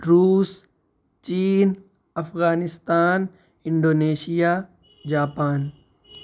روس چین Afghanistan Indonesia Japan